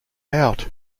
out